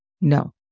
no